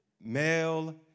Male